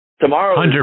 tomorrow